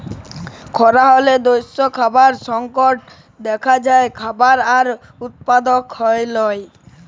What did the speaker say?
খরা হ্যলে দ্যাশে খাবারের সংকট দ্যাখা যায়, খাবার আর উৎপাদল হ্যয় লায়